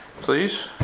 please